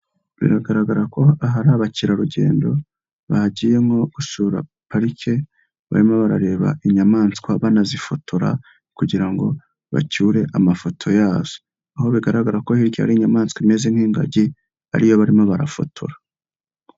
Biragaragara ko hari abakerarugendo bagiyemo gusura parike barimo barareba inyamaswa banazifotora kugira ngo bacyure amafoto yazo, aho bigaragara ko hiryari inyamaswa imeze nk'ingagi ariyo barimo barafotora.